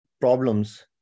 problems